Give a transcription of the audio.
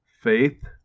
Faith